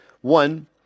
one